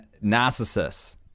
Narcissus